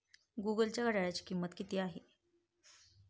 गुनगुनच्या घड्याळाची किंमत किती आहे?